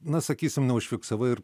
na sakysim neužfiksavai ir